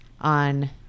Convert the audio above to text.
on